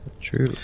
True